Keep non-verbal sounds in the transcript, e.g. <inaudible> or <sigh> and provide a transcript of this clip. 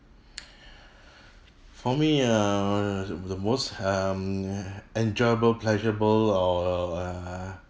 <noise> for me err the the most um enjoyable pleasurable or err